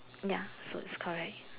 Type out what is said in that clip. ya so is correct